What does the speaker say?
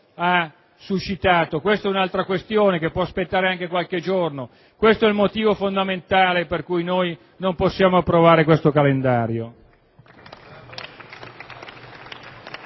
ha suscitato. Questa è un'altra questione, che può aspettare anche qualche giorno. Questo è il motivo fondamentale per cui non possiamo approvare questo calendario.